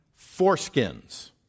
foreskins